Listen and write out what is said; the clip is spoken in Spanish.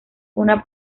una